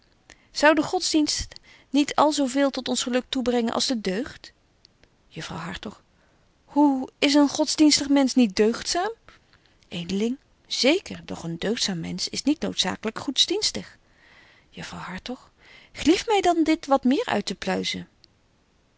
burgerhart dienst niet al zo veel tot ons geluk toebrengen als de deugd juffrouw hartog hoe is een godsdienstig mensch niet deugdzaam edeling zeker doch een deugdzaam mensch is niet noodzaaklyk godsdienstig juffrouw hartog gelief my dan dit wat meer uittepluizen